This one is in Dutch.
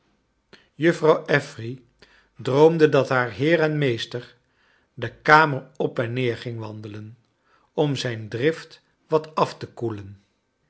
juffrouw affery droomde dat haar heer en meester de kamer op en neer ging wandelen om zijn drift wat af te koelen